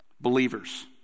Believers